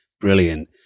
brilliant